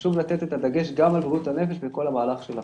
שחשוב לתת את הדגש גם על בריאות הנפש בכל המהלך של הקורונה.